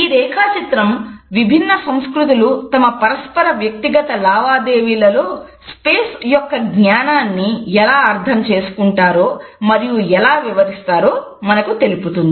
ఈ రేఖాచిత్రం విభిన్న సంస్కృతులు తమ పరస్పర వ్యక్తిగత లావాదేవీలలో స్పేస్ యొక్క జ్ఞానాన్ని ఎలా అర్థం చేసుకుంటారో మరియు ఎలా వివరిస్తారో మనకు తెలుపుతుంది